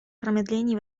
промедлений